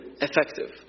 Effective